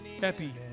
Happy